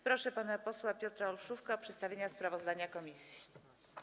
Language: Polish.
Proszę pana posła Piotra Olszówkę o przedstawienie sprawozdania komisji.